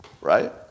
Right